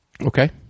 Okay